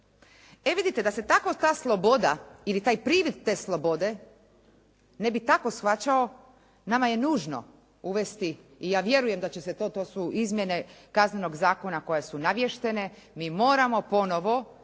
E vidite, da se tako ta sloboda ili taj privid te slobode ne bi tako shvaćao, nama je nužno uvesti i ja vjerujem da će se to, to su izmjene Kaznenog zakona koje su navještene, mi moramo ponovo i